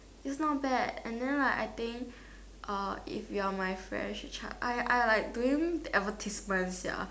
it's not bad and then like I think uh if you're my friend she charge I I like doing advertisement sia